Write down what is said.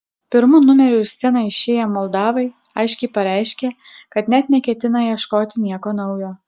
pirmu numeriu į sceną išėję moldavai aiškiai pareiškė kad net neketina ieškoti nieko naujo